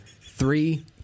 Three